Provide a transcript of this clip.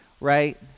right